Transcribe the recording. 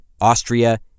Austria